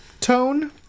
tone